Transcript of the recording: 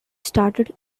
started